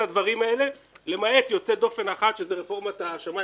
הדברים האלה למעט יוצא דופן אחד שזאת רפורמת השמיים